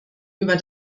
über